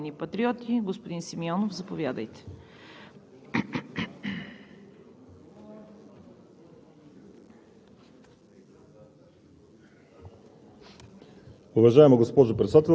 Благодаря, господин Чакъров. За отношение от името на „Обединени патриоти“? Господин Симеонов, заповядайте.